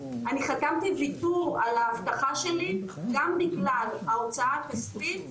אני חתמתי ויתור על האבטחה שלי גם בגלל ההוצאה הכספית,